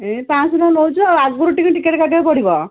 ଏ ପାଞ୍ଚଶହ ଟଙ୍କା ନେଉଛୁ ଆଉ ଆଗରୁ ଟିକେଟ୍ କାଟିବାକୁ ପଡ଼ିବ